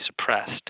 suppressed